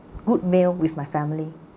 good meal with my family